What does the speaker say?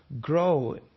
grow